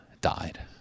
died